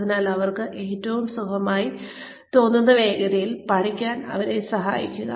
അതിനാൽ അവർക്ക് ഏറ്റവും സുഖമായി തോന്നുന്ന വേഗതയിൽ പഠിക്കാൻ അവരെ സഹായിക്കുക